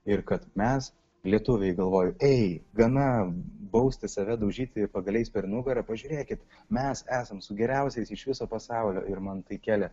ir kad mes lietuviai galvoju ei gana bausti save daužyti pagaliais per nugarą pažiūrėkit mes esam su geriausiais iš viso pasaulio ir man tai kėlė